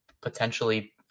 potentially